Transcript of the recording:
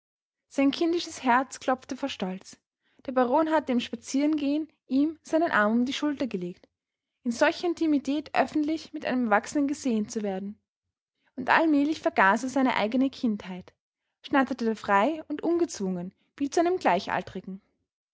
sein kindisches herz klopfte vor stolz der baron hatte im spazierengehen ihm seinen arm um die schulter gelegt in solcher intimität öffentlich mit einem erwachsenen gesehen zu werden und allmählich vergaß er seine eigene kindheit schnatterte frei und ungezwungen wie zu einem gleichaltrigen